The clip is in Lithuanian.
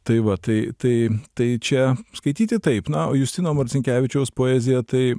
tai va tai tai tai čia skaityti taip na o justino marcinkevičiaus poezija tai